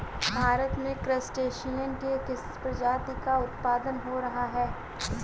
भारत में क्रस्टेशियंस के किस प्रजाति का उत्पादन हो रहा है?